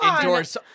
endorse